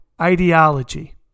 ideology